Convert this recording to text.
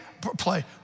play